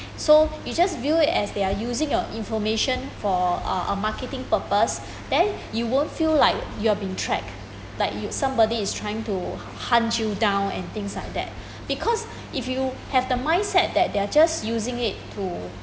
so you just view it as they're using your information for uh a marketing purpose then you won't feel like you are been tracked like somebody is trying to hunt you down and things like that because if you have the mindset that they are just using it to